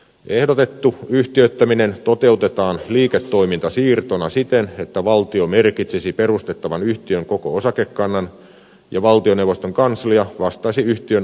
ehdotettu yhtiöittäminen toteutetaan liiketoimintasiirtona siten että valtio merkitsisi perustettavan yhtiön koko osakekannan ja valtioneuvoston kanslia vastaisi yhtiön omistajaohjauksesta